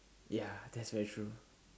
ya that's very true